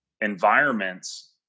environments